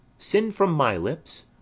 sin from my lips?